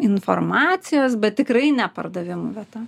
informacijos bet tikrai ne pardavimų vieta